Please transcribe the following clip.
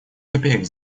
копеек